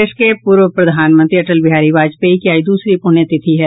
देश के पूर्व प्रधानमंत्री अटल बिहारी वाजपेयी की आज दूसरी प्रण्यतिथि है